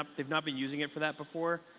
ah they've not been using it for that before.